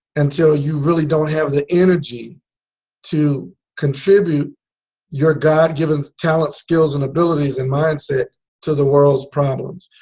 until you really don't have the energy to contribute your god-given talents, skills and abilities and mindset to the world's problems.